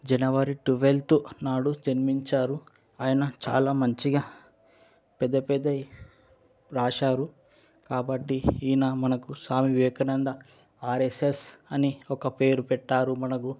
జనవరి twelfth నాడు జన్మించారు ఆయన చాలా మంచిగా పెద్ద పెద్దవి వ్రాసారు కాబట్టి ఈయన మనకు స్వామి వివేకానంద ఆర్ఎస్ఎస్ అని ఒక పేరు పెట్టారు మనకు